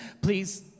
Please